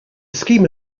schema